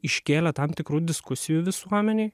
iškėlė tam tikrų diskusijų visuomenėj